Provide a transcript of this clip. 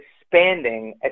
expanding